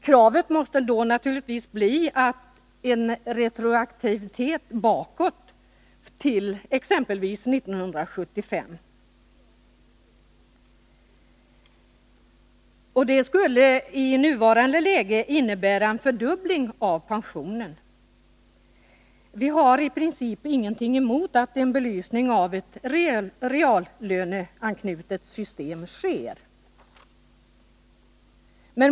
Kravet måste då naturligtvis bli retroaktivitet från exempelvis 1975, och det skulle i nuvarande läge innebära en fördubbling av pensionen. Vi har i princip ingenting emot att en belysning av ett reallöneanknutet system sker.